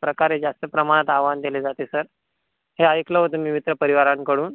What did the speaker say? प्रकारे जास्त प्रमाणात आवाहन दिले जाते सर हे ऐकलं होतं मी मित्रपरिवारांकडून